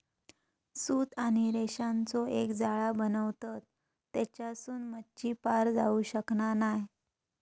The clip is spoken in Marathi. सूत आणि रेशांचो एक जाळा बनवतत तेच्यासून मच्छी पार जाऊ शकना नाय